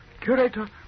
curator